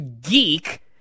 geek